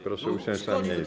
Proszę usiąść na miejscu.